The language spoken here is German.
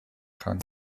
kann